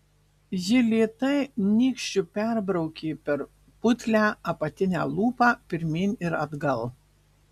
ji lėtai nykščiu perbraukė per putlią apatinę lūpą pirmyn ir atgal